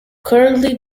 currently